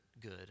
good